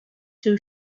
too